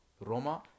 Roma